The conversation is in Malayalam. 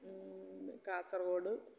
കാസർഗോഡ്